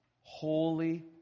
holy